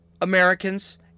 Americans